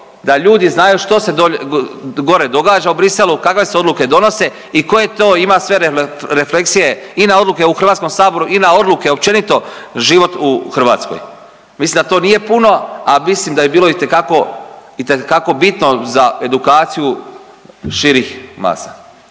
da ljudi znaju što se gore događa u Bruxellesu, kakve se odluke donose i koje to ima sve refleksije i na odluke u Hrvatskom saboru i na odluke općenito život u Hrvatskoj. Mislim da to nije puno, a mislim da bi bilo itekako bitno za edukaciju širih masa.